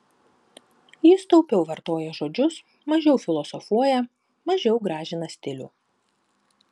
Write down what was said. jis taupiau vartoja žodžius mažiau filosofuoja mažiau gražina stilių